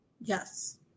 Yes